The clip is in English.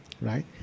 right